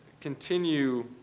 continue